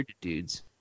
dudes